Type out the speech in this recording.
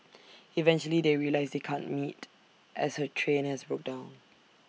eventually they realise they can't meet as her train has broken down